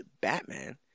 Batman